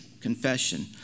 confession